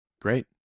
great